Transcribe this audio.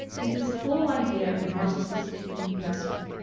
is this whole idea of narcissistic investment.